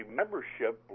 membership